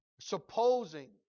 supposing